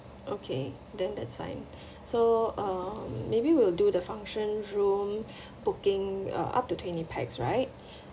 okay then that's fine so uh maybe will do the function room booking uh up to twenty pax right